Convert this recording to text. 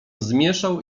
zmieszał